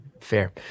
fair